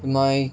in my